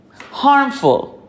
harmful